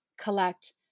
collect